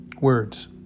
Words